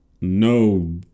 no